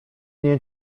nie